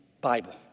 Bible